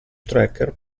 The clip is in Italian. tracker